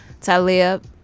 Talib